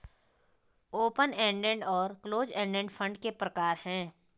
open ended और close ended fund के प्रकार हैं